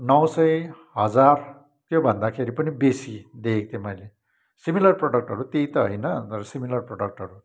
नौ सय हजार त्योभन्दाखेरि पनि बेसी देखेको थिएँ मैले सिमिलर प्रोडक्टहरू त्यही त होइन तर सिमिलर प्रोडक्टहरू